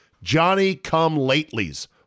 Johnny-come-latelys